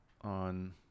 on